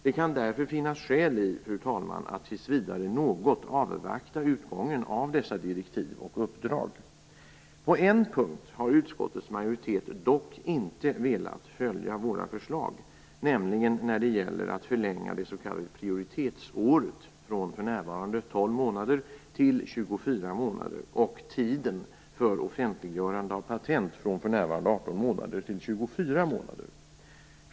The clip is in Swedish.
Det kan därför finnas skäl, fru talman, för att tills vidare något avvakta utgången av dessa direktiv och uppdrag. På en punkt har utskottets majoritet dock inte velat följa våra förslag, nämligen när det gäller att förlänga det s.k. prioritetsåret från för närvarande 12 månader till 24 månader och tiden för offentliggörande av patent från för närvarande 18 månader till 24 månader.